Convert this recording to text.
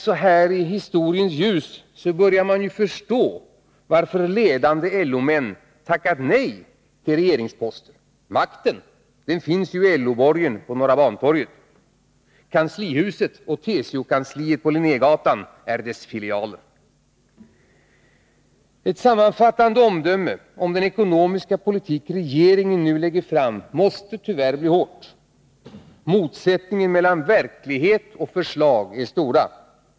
Så häri historiens ljus är det inte svårt att förstå varför ledande LO-män tackat nej till regeringsposter. Makten finns ju i LO-borgen på Norra Bantorget. Kanslihuset och TCO-kansliet på Linnégatan är dess filialer. Ett sammanfattande omdöme om den ekonomiska politik regeringen presenterat måste bli hårt. Motsättningen mellan verklighet och förslag är stor.